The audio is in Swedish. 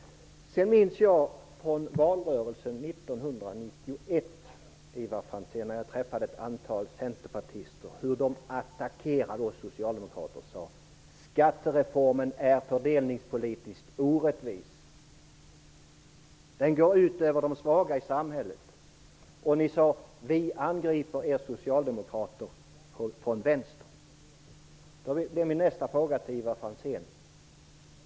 Jag träffade ett antal centerpartister under valrörelsen 1991, Ivar Franzén. Jag minns hur de attackerade oss socialdemokrater. De sade att skattereformen var fördelningspolitiskt orättvis. Den gick ut över de svaga i samhället. De sade att de angrep oss socialdemokrater från vänster. Då blir min nästa fråga till Ivar Franzén följande.